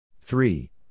Three